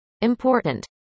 important